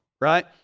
right